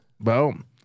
Boom